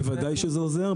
בוודאי שזה עוזר.